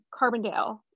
Carbondale